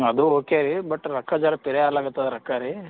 ಅದು ಓಕೆ ರೀ ಬಟ್ ರೊಕ್ಕ ಜರ ಪಿರಿಯ ಆಲಗತ ರೊಕ್ಕ ರೀ